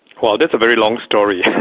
well that's a very long story.